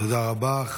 תודה רבה.